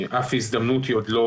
שום הזדמנות היא עוד לא